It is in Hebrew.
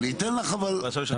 אני אתן לך אבל --- בסדר.